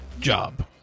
job